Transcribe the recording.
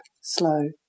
slow